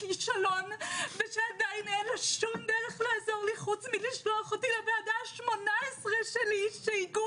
כישלון ושעדיין אין לה שום דרך לעזור לי חוץ מלשלוח לוועדה 18 שלי שיגעו